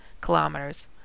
kilometers